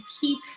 keep